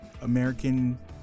American